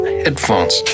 headphones